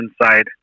inside